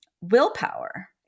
willpower